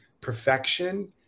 perfection